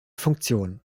funktion